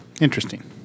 Interesting